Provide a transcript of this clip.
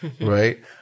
right